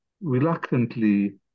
reluctantly